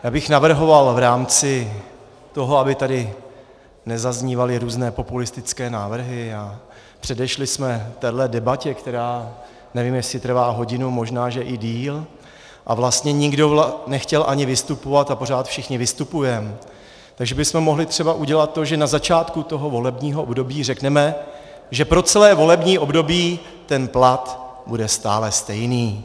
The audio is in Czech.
Já bych navrhoval v rámci toho, aby tady nezaznívaly různé populistické návrhy a předešli jsme téhle debatě, která, nevím, jestli trvá hodinu, možná že i déle, a vlastně nikdo nechtěl ani vystupovat, a pořád všichni vystupujeme, tak že bychom mohli třeba udělat to, že na začátku volebního období řekneme, že po celé volební období ten plat bude stále stejný.